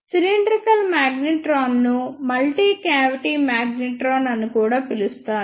cylindrical మాగ్నెట్రాన్ను multi cavity magnetron అని కూడా పిలుస్తారు